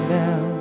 now